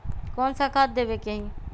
कोन सा खाद देवे के हई?